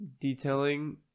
detailing